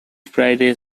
friday